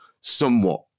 somewhat